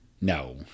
No